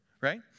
right